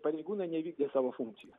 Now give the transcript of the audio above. pareigūnai nevykdė savo funkcijų